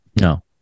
No